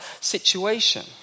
situation